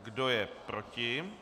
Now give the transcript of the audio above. Kdo je proti?